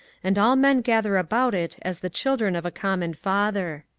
and all men gather about it as the children of a common father.